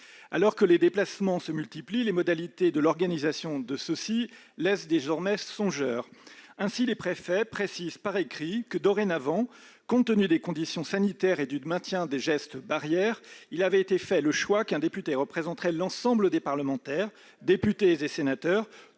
Alors que les déplacements se multiplient, les modalités de leur organisation nous laissent désormais songeurs. Ainsi les préfets précisent-ils par écrit que, dorénavant, compte tenu des conditions sanitaires et du maintien des gestes barrières, le choix a été fait qu'un seul député représenterait l'ensemble des parlementaires, députés et sénateurs,